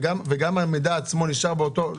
גם המידע עצמו נשאר באותו מקום?